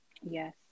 yes